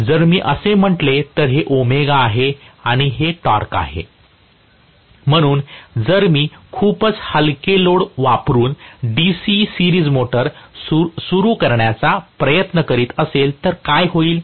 जर मी असे म्हटले तर हे ω आहे आणि हे टॉर्क आहे म्हणून जर मी खूपच हलके लोड वापरून डीसी सिरीज मोटर सुरू करण्याचा प्रयत्न करीत असेल तर काय होईल